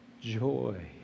joy